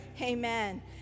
Amen